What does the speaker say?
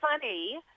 funny